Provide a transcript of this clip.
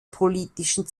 politischen